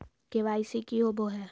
KYC की होबो है?